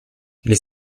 les